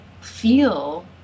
feel